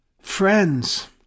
Friends